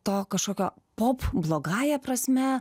to kažkokio pop blogąja prasme